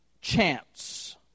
chance